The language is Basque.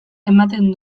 ematen